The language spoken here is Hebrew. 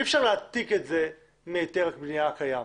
אי אפשר להנפיק את זה מהיתר הבנייה הקיים,